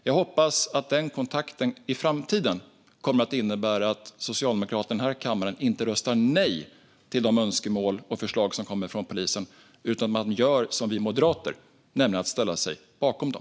Jag hoppas att den kontakten i framtiden kommer att innebära att Socialdemokraterna här i kammaren inte röstar nej till de önskemål och förslag som kommer från polisen utan att de gör som vi moderater, nämligen ställer sig bakom dem.